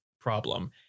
problem